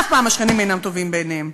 אף פעם השכנים אינם טובים בעיניהם.